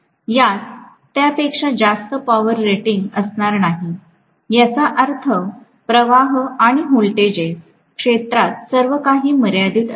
यात त्यापेक्षा जास्त पॉवर रेटिंग असणार नाही याचा अर्थ प्रवाह आणि व्होल्टेजेस क्षेत्रात सर्व काही मर्यादित असेल